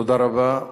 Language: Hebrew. תודה רבה.